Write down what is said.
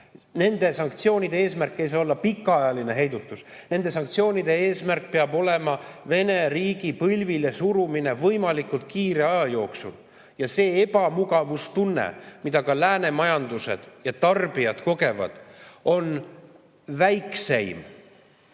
Nende sanktsioonide eesmärk ei saa olla pikaajaline heidutus. Nende sanktsioonide eesmärk peab olema Vene riik põlvili suruda võimalikult lühikese aja jooksul. See ebamugavustunne, mida lääne majandus ja tarbijad kogevad, on vähim,